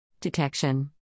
Detection